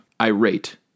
irate